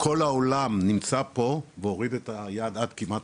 כל העולם נמצא פה והוריד את היד עד כמעט